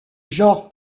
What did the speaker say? genre